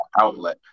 outlet